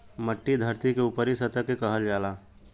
मट्टी धरती के ऊपरी सतह के कहल जाला